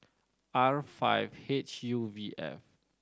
R five H U V F